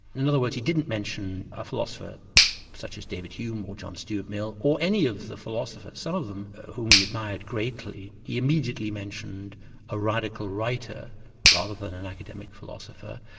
in other words, he didn't mention a philosopher such as david hume or john stuart mill, or any of the philosophers, some of them whom he admired greatly, he immediately mentioned a radical writer rather than an academic philosopher,